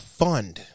fund